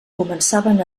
començaven